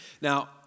now